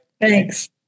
Thanks